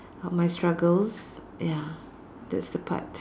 how my struggles ya that's the part